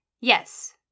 Yes